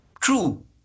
true